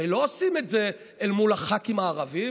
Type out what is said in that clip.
הרי לא עושים את זה אל מול הח"כים הערבים,